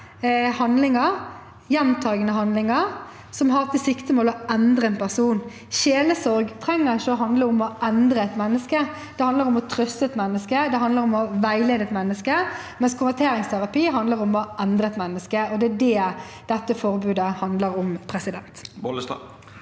handlinger, gjentatte handlinger, som har til siktemål å endre en person. Sjelesorg trenger ikke å handle om å endre et menneske – det handler om å trøste et menneske, det handler om å veilede et menneske – mens konverteringsterapi handler om å endre et menneske, og det er det dette forbudet handler om. Olaug Vervik Bollestad